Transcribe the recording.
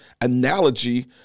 analogy